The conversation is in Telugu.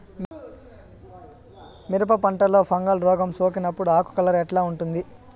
మిరప పంటలో ఫంగల్ రోగం సోకినప్పుడు ఆకు కలర్ ఎట్లా ఉంటుంది?